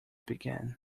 began